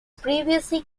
previously